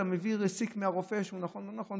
אתה מביא sick מהרופא שהוא נכון או לא נכון,